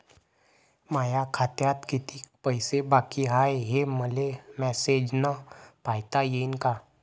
माया खात्यात कितीक पैसे बाकी हाय, हे मले मॅसेजन पायता येईन का?